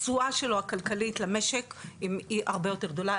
התשואה שלו הכלכלית למשק היא הרבה יותר גדולה,